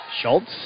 Schultz